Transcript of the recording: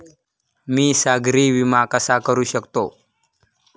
मी सागरी विमा कसा करू शकतो?